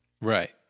Right